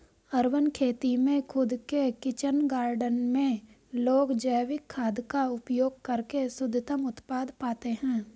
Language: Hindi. अर्बन खेती में खुद के किचन गार्डन में लोग जैविक खाद का उपयोग करके शुद्धतम उत्पाद पाते हैं